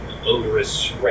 odorous